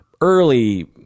early